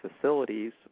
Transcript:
facilities